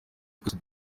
twese